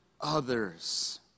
others